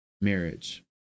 marriage